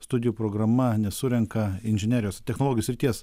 studijų programa nesurenka inžinerijos technologijų srities